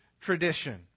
tradition